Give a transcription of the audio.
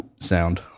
sound